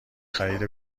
خرید